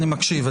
אני מקשיב.